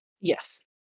Yes